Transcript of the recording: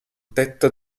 tetto